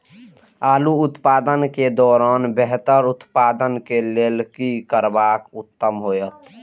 आलू उत्पादन के दौरान बेहतर उत्पादन के लेल की करबाक उत्तम होयत?